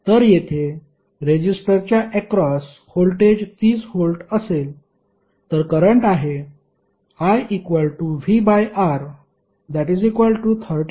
तर येथे रेजिस्टरच्या अक्रॉस व्होल्टेज 30 व्होल्ट असेल तर करंट आहे